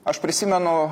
aš prisimenu